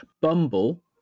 Bumble